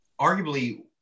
arguably